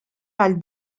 għal